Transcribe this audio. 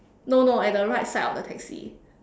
no no at the right side of the taxi